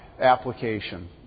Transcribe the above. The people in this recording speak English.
application